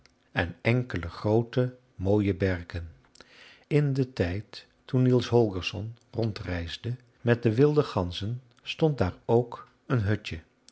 en enkele groote mooie berken in den tijd toen niels holgersson rondreisde met de wilde ganzen stond daar ook een hutje